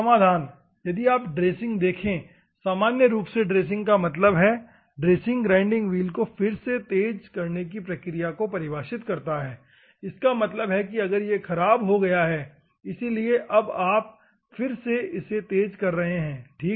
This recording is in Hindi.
समाधान यदि आप ड्रेसिंग देखे सामान्य रूप से ड्रेसिंग का मतलब है ड्रेसिंग ग्राइंडिंग व्हील को फिर से तेज करने की प्रक्रिया को परिभाषित करता है इसका मतलब है कि अगर यह खराब हो गया है इसलिए अब आप फिर से इसे तेज कर रहे हैं ठीक है